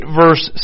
verse